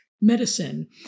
medicine